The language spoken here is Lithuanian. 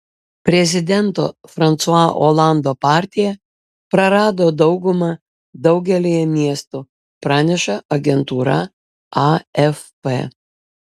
prezidento fransua olando partija prarado daugumą daugelyje miestų praneša agentūra afp